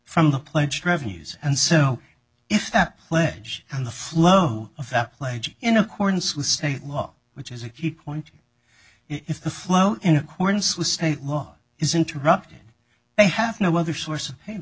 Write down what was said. from the pledged revenues and so if that pledge and the flow of the pledge in accordance with state law which is a key point if the flow in accordance with state law is interrupted they have no other source